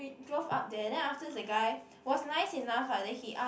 drove up there then afterwards the guy was nice enough lah then he ask